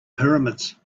pyramids